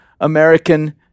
American